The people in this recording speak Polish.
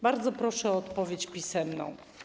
Bardzo proszę o odpowiedź pisemną.